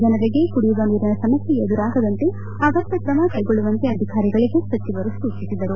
ಜನರಿಗೆ ಕುಡಿಯುವ ನೀರಿನ ಸಮಸ್ಯೆ ಎದುರಾಗದಂತೆ ಅಗತ್ಯ ಕ್ರಮ ಕೈಗೊಳ್ಳುವಂತೆ ಅಧಿಕಾರಿಗಳಿಗೆ ಸಚಿವರು ಸೂಚಿಸಿದರು